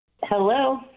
Hello